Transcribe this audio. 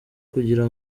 kugira